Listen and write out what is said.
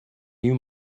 you